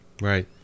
Right